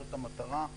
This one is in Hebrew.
זאת המטרה,